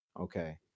okay